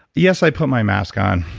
yes, i put my mask on.